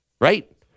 right